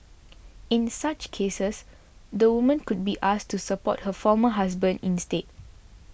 in such cases the woman could be asked to support her former husband instead